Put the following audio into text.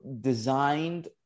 designed